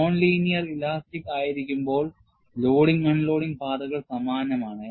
non linear elastic ആയിരിക്കുമ്പോൾ loading unloading പാതകൾ സമാനമാണ്